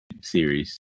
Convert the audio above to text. series